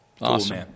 Awesome